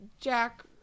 jack